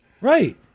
right